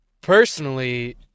Personally